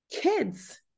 kids